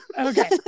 Okay